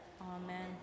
Amen